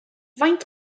faint